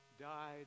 died